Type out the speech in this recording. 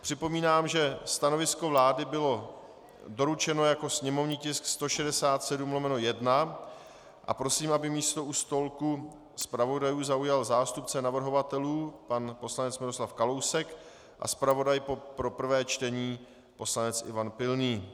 Připomínám, že stanovisko vlády bylo doručeno jako sněmovní tisk 167/1, a prosím, aby místo u stolku zpravodajů zaujal zástupce navrhovatelů pan poslanec Miroslav Kalousek a zpravodaj pro prvé čtení poslanec Ivan Pilný.